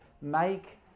make